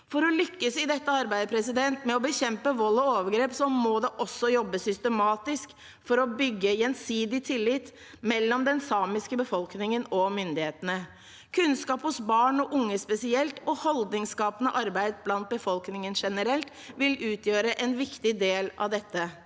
For å lykkes i arbeidet med å bekjempe vold og overgrep må det også jobbes systematisk for å bygge gjensidig tillit mellom den samiske befolkningen og myndighetene. Kunnskap hos barn og unge spesielt og holdningsskapende arbeid blant befolkningen generelt vil utgjøre en viktig del av dette.